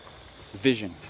vision